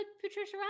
Patricia